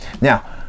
Now